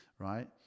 right